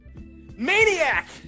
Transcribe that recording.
Maniac